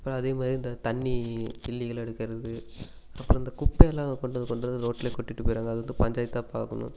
அப்புறம் அதே மாதிரி இந்த தண்ணி இல்லீகலாக எடுக்கிறது அப்புறம் இந்த குப்பையெலாம் கொண்டு வந்து கொண்டு வந்து ரோட்டிலே கொட்டிவிட்டு போய்விட்றாங்க அது வந்து பஞ்சாயத்துதான் பார்க்கணும்